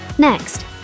Next